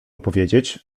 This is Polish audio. powiedzieć